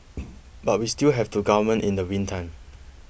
but we still have to govern in the meantime